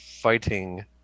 fighting